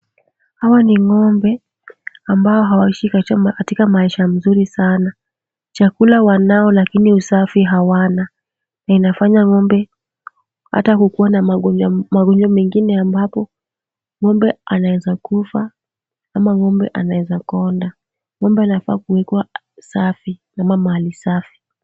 Hawa ni ng'ombe, ambao hawaishi kat, katika maisha mazuri sana. Chakula wanao lakini usafi hawana. Na inafanya ng'ombe hata kukua na mago, magonjwa mengine ambapo ng'ombe anaeza kufa, ama ng'ombe anaeza konda. Ng'ombe anafaa kukua safi ama mali safi.